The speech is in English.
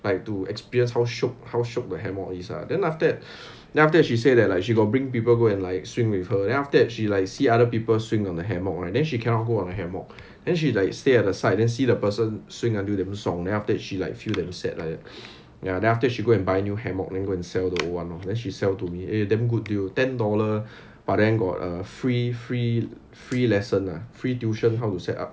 like to experience how shiok how shiok the hammock is ah then after that then after that she said that like she got bring people go and like swing with her then after that she like see other people swing on the hammock right then she cannot go on a hammock then she like stay at the side then see the person swing until damn 爽 then after that she like feel damn sad like that ya then after that she go and buy new hammock then go and sell the old one then she sell to me eh damn good deal ten dollar but then got a free free free lesson lah free tuition how to set up